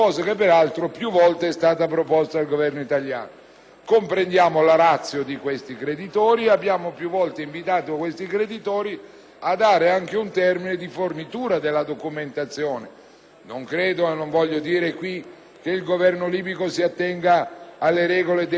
Comprendiamo la *ratio* di questi creditori, che abbiamo più volte invitato a dare anche un termine di fornitura della documentazione. Non credo e non voglio dire qui che il Governo libico si attenga alle regole dell'etica internazionale nella documentazione, questo no;